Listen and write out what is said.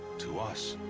to us.